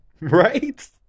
right